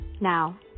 Now